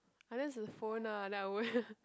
unless is a phone lah then I would